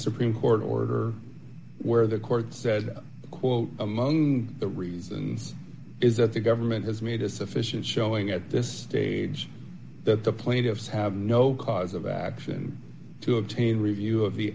supreme court order where the court said quote among the reasons is that the government has made a sufficient showing at this stage that the plaintiffs have no cause of action to obtain review of the